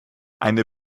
eine